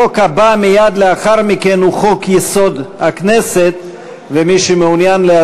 החוק הבא מייד לאחר מכן הוא חוק-יסוד: הכנסת (תיקון מס' 40),